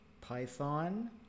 Python